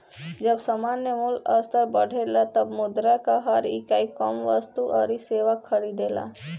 जब सामान्य मूल्य स्तर बढ़ेला तब मुद्रा कअ हर इकाई कम वस्तु अउरी सेवा खरीदेला